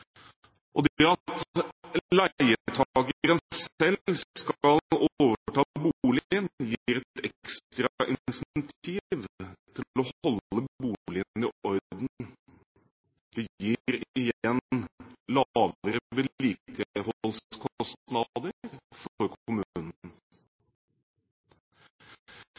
Det at leietakeren selv skal overta boligen, gir et ekstra incentiv til å holde boligen i orden. Det gir igjen